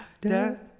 Death